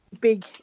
big